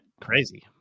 crazy